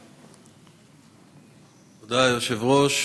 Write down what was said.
תודה, היושב-ראש.